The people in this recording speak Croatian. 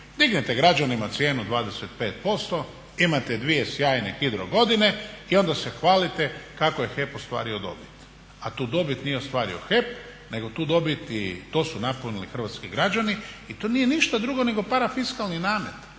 Dignete građanima cijenu 25%, imate dvije sjajne hidro godine i onda se hvalite kako je HEP ostvario dobit. A tu dobit nije ostvario HEP nego tu dobit i to su napunili hrvatski građani. I to nije ništa drugo nego parafiskalni namet.